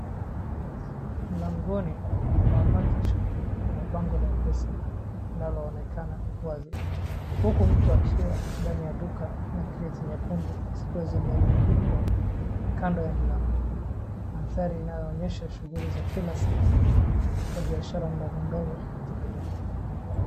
Mlangoni mwa Matah shop kuna bango la mpesa linaloonekana wazi, huku mtu akiwa ndani ya duka na kreti nyekundu zikiwa zimerundikwa kando ya mlango. Mandhari inayoonyesha shughuli za kila siku za biashara ndogondogo katika jamii.